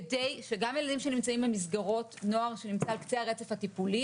שגם ילדים שנמצאים במסגרות נוער שנמצא על קצה הרצף הטיפולי